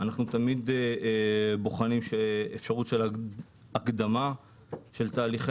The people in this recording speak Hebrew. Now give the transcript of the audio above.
אנחנו תמיד בוחנים אפשרות הקדמה של תהליכי